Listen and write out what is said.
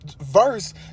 verse